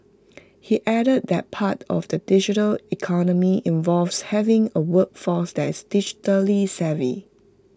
he added that part of the digital economy involves having A workforce that is digitally savvy